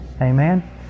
Amen